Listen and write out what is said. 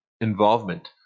involvement